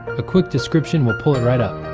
a quick description will pull it right up.